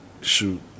shoot